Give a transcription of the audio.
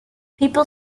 people